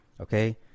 okay